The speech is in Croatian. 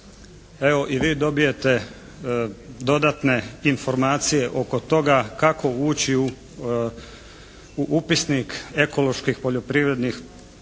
evo i vi dobijete dodatne informacije oko toga kako ući u upisnik ekoloških poljoprivrednih